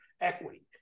equity